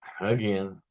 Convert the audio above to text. again